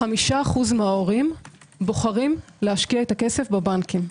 5% מההורים בוחרים להשקיע את הכסף בבנקים,